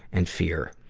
and fear.